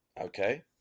okay